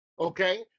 Okay